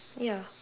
ya